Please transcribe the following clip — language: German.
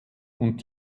und